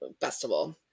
festival